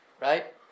Right